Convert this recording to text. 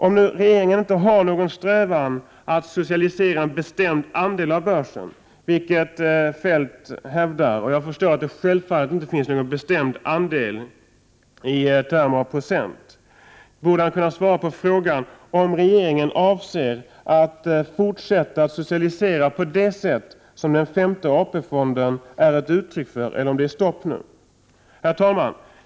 Om nu regeringen inte har någon strävan att socialisera en bestämd andel av börsen — vilket Kjell-Olof Feldt hävdar, och jag förstår att det självfallet inte finns någon bestämd andel i termer av procent — borde finansministern kunna svara på frågan om regeringen avser att fortsätta socialisera på det sätt som den 5:e AP-fonden är ett uttryck för eller om det nu är stopp. Herr talman!